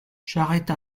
charrette